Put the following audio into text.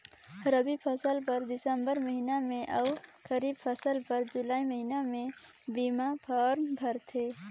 रबी फसिल बर दिसंबर महिना में अउ खरीब फसिल बर जुलाई महिना में बीमा फारम भराथे